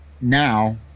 now